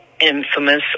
infamous